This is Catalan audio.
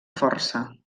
força